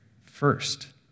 first